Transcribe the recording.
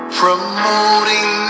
promoting